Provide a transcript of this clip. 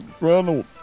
Ronald